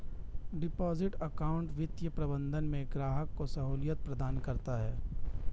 deposit account वित्तीय प्रबंधन में ग्राहक को सहूलियत प्रदान करता है